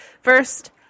First